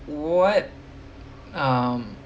what um